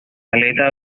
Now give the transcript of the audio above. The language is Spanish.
aleta